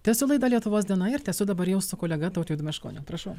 tęsiu laidą lietuvos diena ir tęsiu dabar jau su kolega tautvydu meškoniu prašau